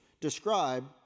describe